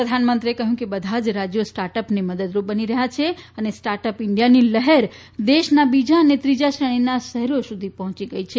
પ્રધાનમંત્રીએ કહ્યું કે બધા જ રાજ્યો સ્ટાર્ટઅપને મદદરૂપ બની રહ્યા છે અને સ્ટાર્ટઅપ ઇન્ડિયાની લહેર દેશના બીજા અને ત્રીજા શ્રેણીના શહેરો સુધી પહોંચી ગઇ છે